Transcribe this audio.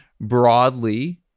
broadly